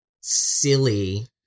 silly